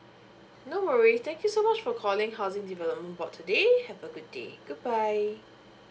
no worries thank you so much for calling housing development board today have a good day good bye